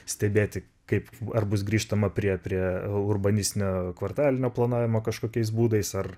stebėti kaip ar bus grįžtama prie prie urbanistinio kvartalinio planavimo kažkokiais būdais ar